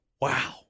Wow